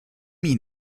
ihn